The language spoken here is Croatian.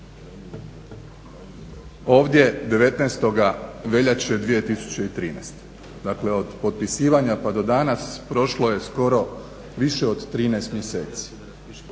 ovdje 19. veljače 2013., dakle od potpisivanja pa do danas prošlo je skoro više od 13 mjeseci.